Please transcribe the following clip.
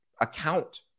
account